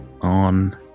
on